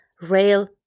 rail